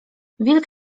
wilk